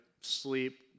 sleep